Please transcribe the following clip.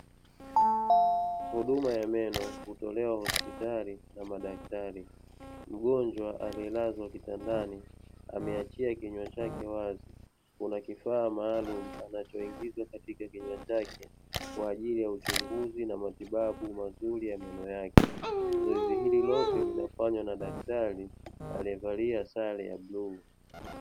Huduma ya meno hutolewa hospitali na madaktari. Mgonjwa aliyelazwa kitandani ameachia kinywa chake wazi kuna kifaa maalumu anachoingizwa katika kinywa chake kwaajili ya uchunguzi na matibabu mazuri ya kinywa chake, zoezi hili lote linafanywa na daktari aliyevalia sale ya bluu.